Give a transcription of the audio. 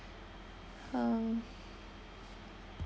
um